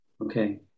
Okay